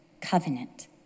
covenant